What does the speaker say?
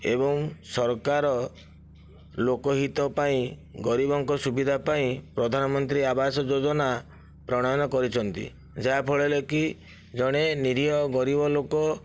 ଏବଂ ସରକାର ଲୋକହିତ ପାଇଁ ଗରିବଙ୍କ ସୁବିଧା ପାଇଁ ପ୍ରଧାନମନ୍ତ୍ରୀ ଆବାସ ଯୋଜନା ପ୍ରଣୟନ କରିଛନ୍ତି ଯାହା ଫଳରେ କି ଜଣେ ନୀରିହ ଗରିବ ଲୋକ